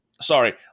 Sorry